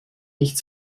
nicht